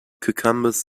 cucumbers